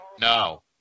No